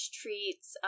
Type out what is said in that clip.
treats